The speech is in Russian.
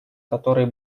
который